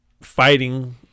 fighting